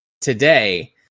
today